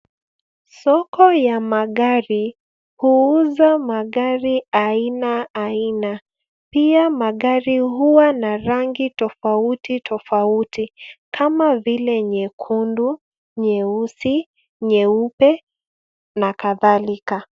Soko ya magari huuza magari aina aina. Pia magari huwa na rangi tofauti tofauti kama vile nyekundu, nyeusi, nyeupe na kadhalika.